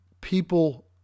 people